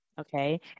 Okay